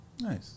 Nice